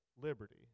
liberty